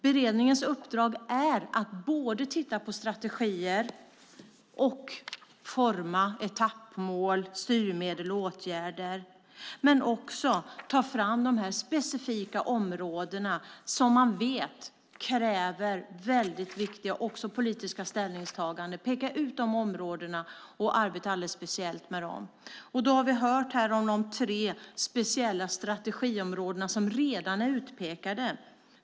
Beredningens uppdrag är att titta på strategier, forma etappmål, styrmedel och åtgärder samt att ta fram de specifika områden som man vet kräver väldigt viktiga politiska ställningstaganden. Man ska peka ut de områdena och arbeta alldeles speciellt med dem. Vi har hört här om de tre speciella strategiområden som redan är utpekade.